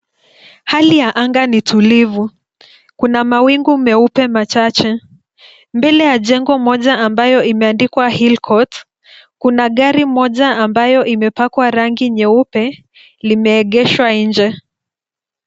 Hali ya anga ni tulivu, kuna mawingu meupe machache. Mbele ya jengo moja ambayo imeandikwa Hill Court, kuna gari moja ambayo imepakwa rangi nyeupe limeegeshwa nje.